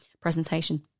presentation